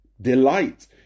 delight